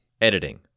editing